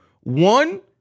One